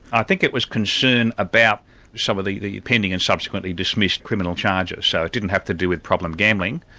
i think it was concern about some of the pending and subsequently dismissed criminal charges, so it didn't have to do with problem gambling,